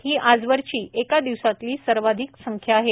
ही आजवरची एका दिवसातली सर्वाधिक संख्या आहे